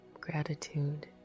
gratitude